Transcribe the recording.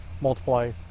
multiply